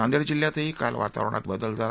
नांदेड जिल्ह्यातही काल वातावरणात बदल झाला